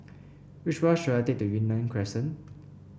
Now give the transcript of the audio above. which bus should I take to Yunnan Crescent